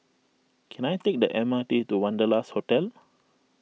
can I take the M R T to Wanderlust Hotel